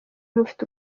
mufite